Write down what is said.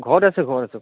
ঘৰত আছোঁ ঘৰত আছোঁ